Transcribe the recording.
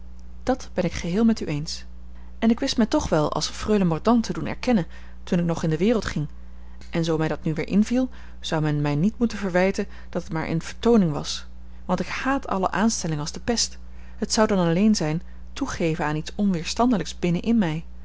dat ben ik geheel met u eens en ik wist mij toch wel als freule mordaunt te doen erkennen toen ik nog in de wereld ging en zoo mij dat nu weer inviel zou men mij niet moeten verwijten dat het maar eene vertooning was want ik haat alle aanstelling als de pest het zou dan alleen zijn toegeven aan iets onweerstandelijks binnen in mij